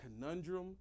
conundrum